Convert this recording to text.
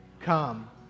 Come